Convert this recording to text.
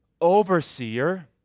overseer